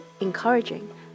encouraging